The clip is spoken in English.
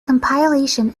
compilation